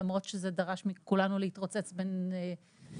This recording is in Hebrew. למרות שזה דרש מכולנו להתרוצץ בין וועדות,